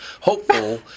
hopeful